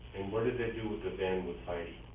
what did they do with the van with heidi?